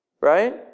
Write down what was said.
right